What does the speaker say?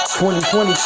2020